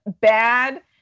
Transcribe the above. bad